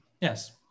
Yes